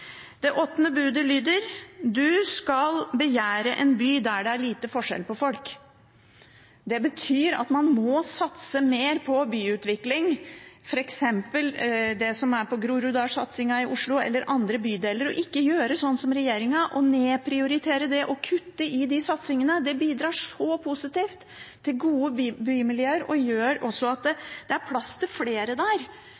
Det åttende budet lyder: Du skal begjære en by der det er lite forskjell på folk. Det betyr at man må satse mer på byutvikling, slik som f.eks. Groruddalssatsingen i Oslo, eller satsing i andre bydeler, og ikke gjøre som regjeringen og nedprioritere og kutte i de satsingene. Det bidrar så positivt til gode bymiljøer og gjør også at